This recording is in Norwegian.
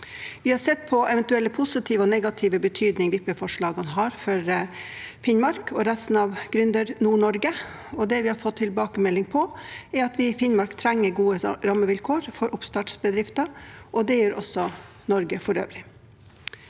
Vi har sett på eventuell positiv og negativ betydning vippeforslagene har for Finnmark og resten av Gründer-Nord-Norge, og det vi har fått tilbakemelding på, er at vi i Finnmark trenger gode rammevilkår for oppstartsbedrifter. Det gjør også Norge for øvrig.